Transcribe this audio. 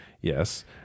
Yes